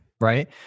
right